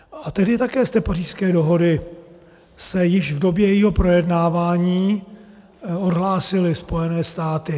A tehdy také z té Pařížské dohody se již v době jejího projednávání odhlásily Spojené státy.